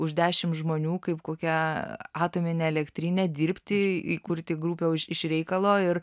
už dešimt žmonių kaip kokia atominę elektrinę dirbti įkurti grupę už iš reikalo ir